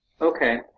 Okay